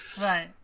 Right